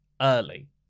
early